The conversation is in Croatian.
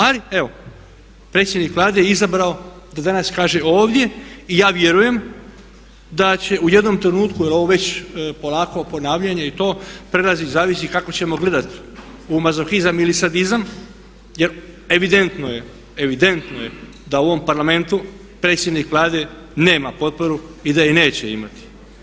Ali evo predsjednik Vlade je izabrao da danas kaže ovdje i ja vjerujem da će u jednom trenutku, jer ovo već polako ponavljanje i to prelazi, zavisi kako ćemo gledati u mazohizam ili sadizam jer evidentno je, evidentno je da u ovom Parlamentu predsjednik Vlade nema potporu i da je neće imati.